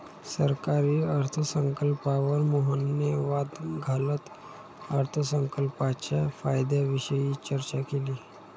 सरकारी अर्थसंकल्पावर मोहनने वाद घालत अर्थसंकल्पाच्या फायद्यांविषयी चर्चा केली